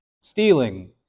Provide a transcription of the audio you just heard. Stealing